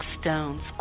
stones